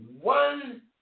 one